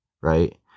right